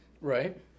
Right